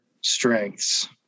strengths